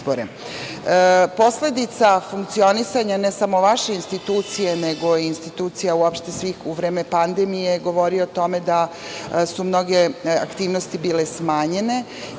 izbore. Posledica funkcionisanja ne samo vaše institucije, nego i institucija uopšte svih u vreme pandemije govori o tome da su mnoge aktivnosti bile smanjene